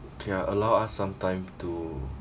okay ah allow us some time to